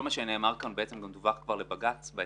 כל מה שנאמר כאן, גם דווח כבר לבג"ץ ב-26